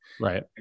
Right